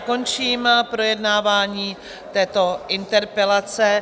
Končím projednávání této interpelace.